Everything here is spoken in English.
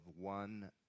one